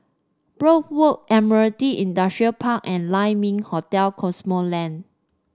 Brookvale Walk Admiralty Industrial Park and Lai Ming Hotel Cosmoland